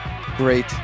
great